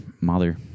Mother